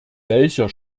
welcher